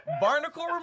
Barnacle